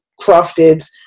crafted